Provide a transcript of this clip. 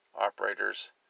operators